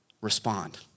respond